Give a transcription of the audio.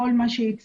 כל מה שהצגת,